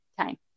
time